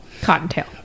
Cottontail